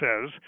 says